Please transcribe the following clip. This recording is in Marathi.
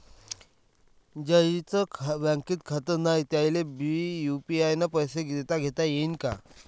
ज्याईचं बँकेत खातं नाय त्याईले बी यू.पी.आय न पैसे देताघेता येईन काय?